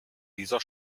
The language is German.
dieser